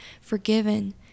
forgiven